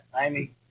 Amy